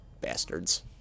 Bastards